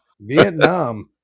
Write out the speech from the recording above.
Vietnam